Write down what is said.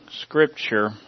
scripture